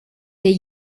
the